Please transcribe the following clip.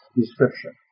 description